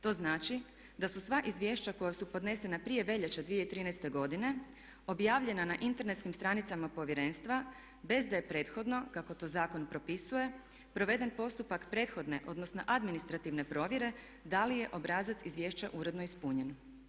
To znači da su sva izvješća koja su podnesena prije veljače 2013. godine objavljena na internetskim stranicama Povjerenstva bez da je prethodno kako to zakon propisuje proveden postupak prethodne, odnosno administrativne provjere da li je obrazac izvješća uredno ispunjen.